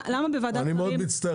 למה בוועדת שרים --- אני מאוד מצטער,